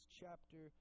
chapter